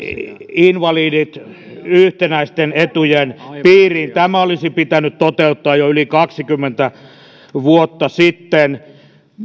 invalidit yhtenäisten etujen piiriin tämä olisi pitänyt toteuttaa jo yli kaksikymmentä vuotta sitten